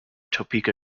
topeka